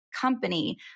company